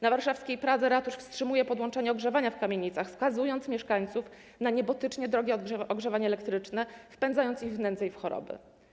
Na warszawskiej Pradze ratusz wstrzymuje podłączenie ogrzewania w kamienicach, skazując mieszkańców na niebotycznie drogie ogrzewanie elektryczne, wpędzając ich w nędzę i w choroby.